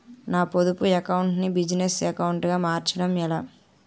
నా పొదుపు అకౌంట్ నీ బిజినెస్ అకౌంట్ గా మార్చడం ఎలా?